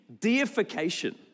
Deification